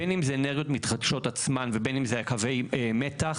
בין אם זה אנרגיות מתחדשות עצמן ובין אם זה קווי מתח.